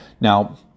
Now